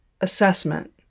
assessment